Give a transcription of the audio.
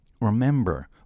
remember